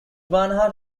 bernhard